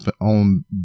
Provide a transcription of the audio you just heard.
on